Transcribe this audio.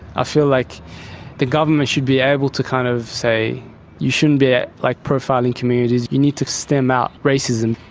i feel like the government should be able to kind of say you shouldn't be like profiling communities you need to stamp out racism.